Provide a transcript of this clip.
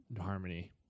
harmony